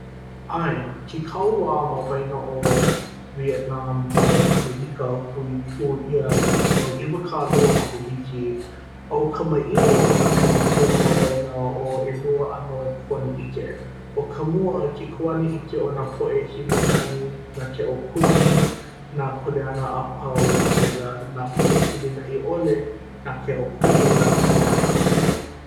ʻae. ke kauā ma waena ʻo vietnam me ʻamelike hui pū ʻia no ʻiwakālua makahiki a ʻo ka maʻiʻo o ka pilikia ma waena ʻo ʻelua ʻano kuanaʻike ʻo ka mua ke kuanaʻike o nā poʻe hilinaʻi na ke aupuni nā kuleana a pau a laila nā poʻe hilinaʻi ʻole na ke aupuni nā kuleana a pau